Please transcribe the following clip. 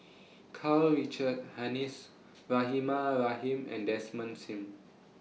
Karl Richard Hanitsch Rahimah Rahim and Desmond SIM